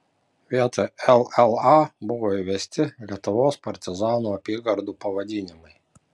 vietoj lla buvo įvesti lietuvos partizanų apygardų pavadinimai